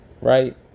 right